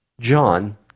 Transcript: John